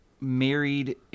married